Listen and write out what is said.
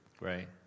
Right